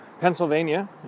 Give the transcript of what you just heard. Pennsylvania